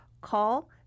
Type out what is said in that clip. call